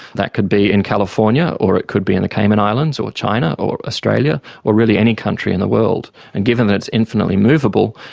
that could be in california or it could be in the cayman islands or china or australia or really any country in the world. and given that it's infinitely movable,